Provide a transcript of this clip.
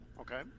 Okay